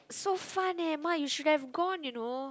so fun eh ma you should have gone you know